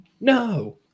No